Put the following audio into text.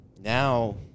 now